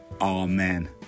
Amen